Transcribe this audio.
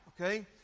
okay